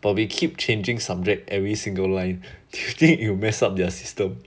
but we keep changing subject every single line do you think it'll mess up their system